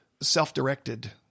self-directed